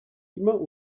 immer